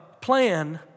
plan